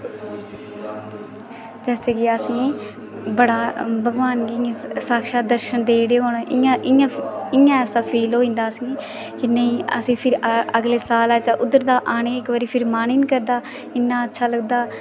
जैसे कि असेंगी बड़ा भगवान गी इ'यां शाक्षत दर्शन देई ओड़े हून इ'यां इ'यां इ'यां ऐसा फील होई जंदा असेंगी कि नेईं असें फिर अगले साल आचै उद्धर दा आने गी फिर मन ई नेईं करदा इन्ना अच्छा लगदा